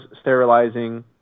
sterilizing